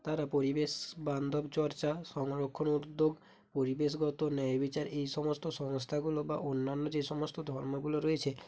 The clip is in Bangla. তারা পরিবেশ বান্ধব চর্চা সংরক্ষণে উদ্যোগ পরিবেশগত ন্যায় বিচার এই সমস্ত সংস্থাগুলো বা অন্যান্য যে সমস্ত ধর্মগুলো রয়েছে